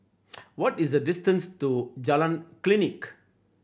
what is the distance to Jalan Klinik